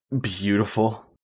beautiful